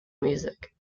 music